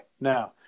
now